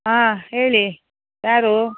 ಹಾಂ ಹೇಳಿ ಯಾರು